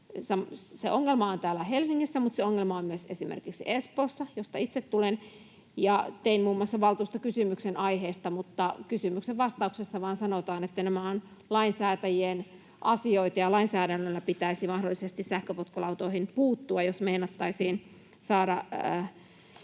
ongelma on täällä Helsingissä, mutta se ongelma on myös esimerkiksi Espoossa, josta itse tulen. Tein muun muassa valtuustokysymyksen aiheesta, mutta kysymyksen vastauksessa vaan sanotaan, että nämä ovat lainsäätäjien asioita ja lainsäädännöllä pitäisi mahdollisesti sähköpotkulautoihin puuttua, jos meinattaisiin saada